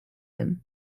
him